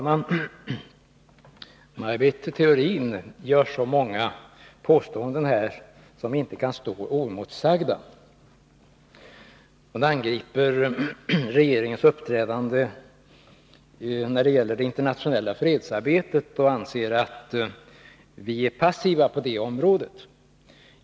Fru talman! Maj Britt Theorin kommer med många påståenden som inte kan stå oemotsagda. Hon kritiserar regeringens uppträdande när det gäller det internationella fredsarbetet och anser att vi är passiva på det området.